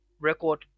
record